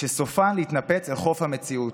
שסופן להתנפץ אל חוף המציאות,